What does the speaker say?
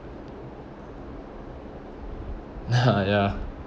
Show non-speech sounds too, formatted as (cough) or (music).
(laughs) ya